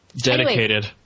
Dedicated